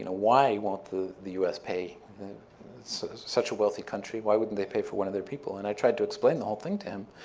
and why won't the the us pay? it's such a wealthy country. why wouldn't they pay for one of their people? and i tried to explain the whole thing to him.